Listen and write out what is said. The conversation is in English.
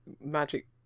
magic